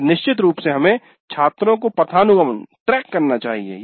फिर निश्चित रूप से हमें छात्रों को पथानुगमनट्रैक track करना चाहिए